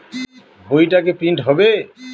বইটা কি প্রিন্ট হবে?